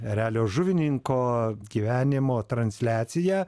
erelio žuvininko gyvenimo transliaciją